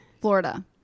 Florida